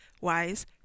wise